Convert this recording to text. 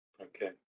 Okay